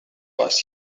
was